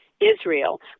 Israel